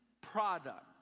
product